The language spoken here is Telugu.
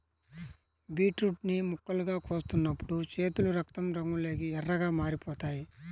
బీట్రూట్ ని ముక్కలుగా కోస్తున్నప్పుడు చేతులు రక్తం రంగులోకి ఎర్రగా మారిపోతాయి